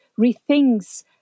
rethinks